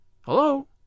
Hello